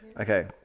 Okay